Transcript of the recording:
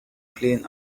clean